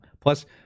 Plus